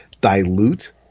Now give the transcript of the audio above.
dilute